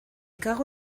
cago